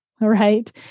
right